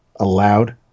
allowed